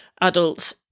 adults